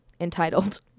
entitled